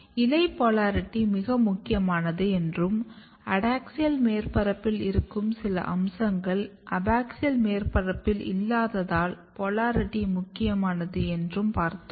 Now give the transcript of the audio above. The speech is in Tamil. எனவே இலை போலாரிட்டி மிக முக்கியமானது என்றும் அடாக்ஸியல் மேற்பரப்பில் இருக்கும் சில அம்சங்கள் அபாக்சியல் மேற்பரப்பில் இல்லாததால் போலாரிட்டி முக்கியமானது என்றும் பார்த்தோம்